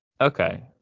Okay